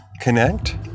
connect